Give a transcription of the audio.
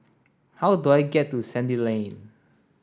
how do I get to Sandy Lane